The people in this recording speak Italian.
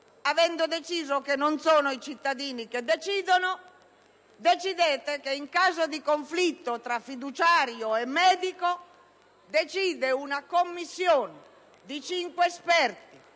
che a decidere non sono i cittadini, decidete poi che, in caso di conflitto tra fiduciario e medico, decide una commissione di cinque esperti